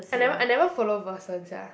I never I never follow Verson sia